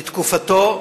בתקופתו,